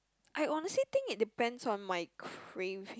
I honestly think it depends on my craves